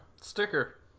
Sticker